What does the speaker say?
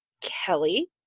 Kelly